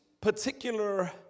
particular